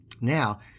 Now